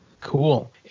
Cool